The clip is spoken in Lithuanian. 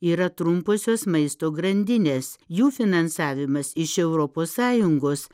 yra trumposios maisto grandinės jų finansavimas iš europos sąjungos